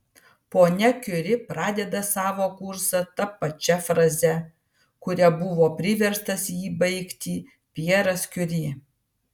ponia kiuri pradeda savo kursą ta pačia fraze kuria buvo priverstas jį baigti pjeras kiuri